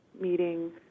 meeting